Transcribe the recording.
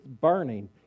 burning